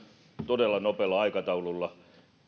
todella nopealla aikataululla tehty